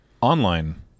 online